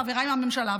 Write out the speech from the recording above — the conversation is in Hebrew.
חבריי מהממשלה,